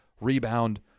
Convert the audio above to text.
rebound